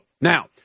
Now